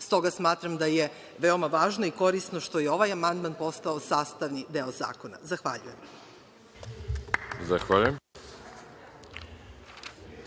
Stoga smatram da je veoma važno i korisno što je ovaj amandman postao sastavni deo zakona. Zahvaljujem.